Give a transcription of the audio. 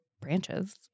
branches